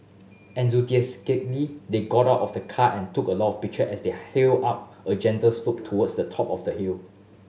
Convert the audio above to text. enthusiastically they got out of the car and took a lot of pictures as they hill up a gentle slope towards the top of the hill